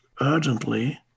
urgently